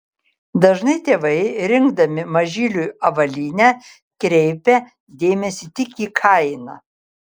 dažnai tėvai rinkdami mažyliui avalynę kreipia dėmesį tik į kainą